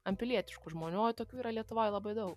ant pilietiškų žmonių o tokių yra lietuvoj labai dau